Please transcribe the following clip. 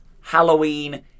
Halloween